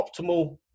optimal